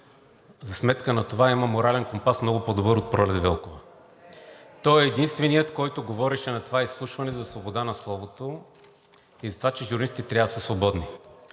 За сметка на това има много по-добър морален компас от Пролет Велкова. Той е единственият, който говореше на това изслушване за свобода на словото и за това, че журналистите трябва да са свободни,